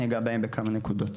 ניגע בהם בכמה נקודות.